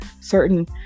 certain